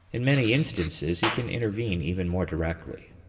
in many instances, he can intervene even more directly.